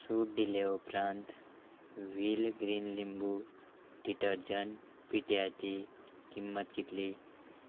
सूट दिले उपरांत wheel green लिंबू डिटर्जंट पिट्याची किंमत कितली